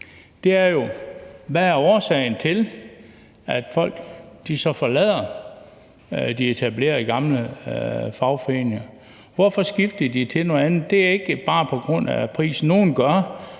på, er jo: Hvad er årsagen til, at folk forlader de etablerede, gamle fagforeninger? Hvorfor skifter de til noget andet? Det er ikke bare på grund af prisen.